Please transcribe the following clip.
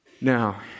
Now